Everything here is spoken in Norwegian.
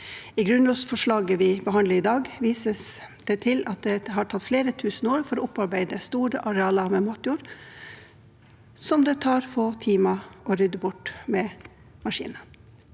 I grunnlovsforslaget vi behandler i dag, vises det til at det har tatt flere tusen år å opparbeide store arealer med matjord som det tar få timer å rydde bort med maskiner.